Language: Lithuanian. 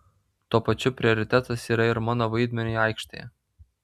tuo pačiu prioritetas yra ir mano vaidmeniui aikštėje